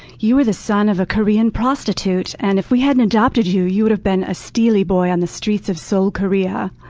you were the son of a korean prostitute, and if we hadn't adopted you, you would've been a steely boy on the streets of seoul, korea.